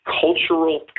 cultural